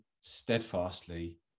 steadfastly